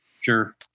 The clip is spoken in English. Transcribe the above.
sure